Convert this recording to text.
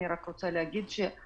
אני רק רוצה להגיד שאנחנו,